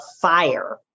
fire